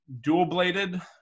dual-bladed